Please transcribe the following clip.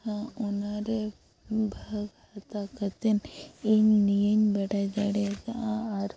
ᱟ ᱚᱱᱟᱨᱮ ᱵᱷᱟᱹᱜᱽ ᱦᱟᱛᱟᱣ ᱠᱟᱛᱮᱫ ᱤᱧ ᱱᱤᱭᱟᱹᱧ ᱵᱟᱰᱟᱭ ᱫᱟᱲᱮᱭ ᱠᱟᱜᱼᱟ ᱟᱨ